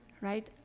right